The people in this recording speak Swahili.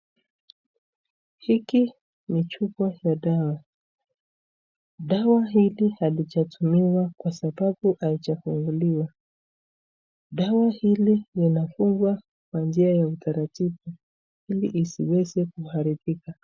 Hiki ni chupa ya dawa. Dawa hili halijatumiwa kwa sababu halijafunguliwa. Dawa hili linafungwa kwa njia ya utaratibu ili isiweze kuharibika.